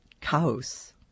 Chaos